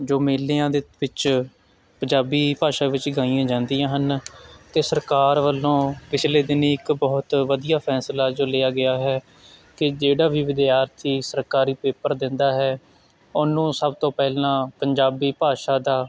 ਜੋ ਮੇਲਿਆਂ ਦੇ ਵਿੱਚ ਪੰਜਾਬੀ ਭਾਸ਼ਾ ਵਿੱਚ ਗਾਈਆਂ ਜਾਂਦੀਆਂ ਹਨ ਅਤੇ ਸਰਕਾਰ ਵੱਲੋਂ ਪਿਛਲੇ ਦਿਨੀਂ ਇੱਕ ਬਹੁਤ ਵਧੀਆ ਫੈਸਲਾ ਜੋ ਲਿਆ ਗਿਆ ਹੈ ਕਿ ਜਿਹੜਾ ਵੀ ਵਿਦਿਆਰਥੀ ਸਰਕਾਰੀ ਪੇਪਰ ਦਿੰਦਾ ਹੈ ਉਹਨੂੰ ਸਭ ਤੋਂ ਪਹਿਲਾਂ ਪੰਜਾਬੀ ਭਾਸ਼ਾ ਦਾ